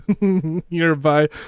nearby